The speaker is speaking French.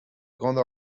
grande